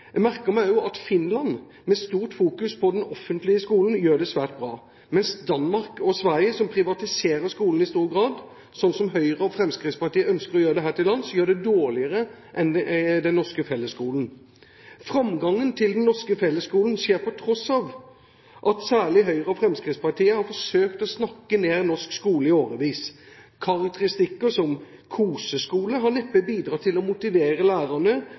Jeg merker meg også at Finland, med stort fokus på den offentlige skolen, gjør det svært bra, mens Danmark og Sverige, som privatiserer skolen i stor grad, slik Høyre og Fremskrittspartiet ønsker å gjøre det her til lands, gjør det dårligere enn den norske fellesskolen. Framgangen til den norske fellesskolen skjer på tross av at særlig Høyre og Fremskrittspartiet har forsøkt å snakke ned norsk skole i årevis. Karakteristikker som «koseskole» har neppe bidratt til å motivere